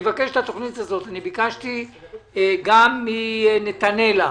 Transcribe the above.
אני ביקשתי גם מנתנאלה